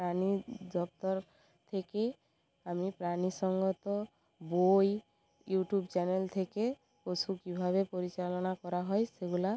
প্রাণী জাতার থেকে আমি প্রাণী সঙ্গত বই ইউটিউব চ্যানেল থেকে পশু কীভাবে পরিচালনা করা হয় সেগুলা